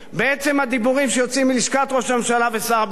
הדיבורים שיוצאים מלשכת ראש הממשלה ושר הביטחון.